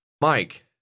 Mike